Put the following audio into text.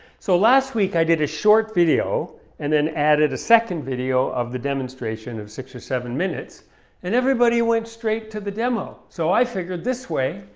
so last week i did a short video and then added a second video of the demonstration of six or seven minutes and everybody went straight to the demo! so i figured this way,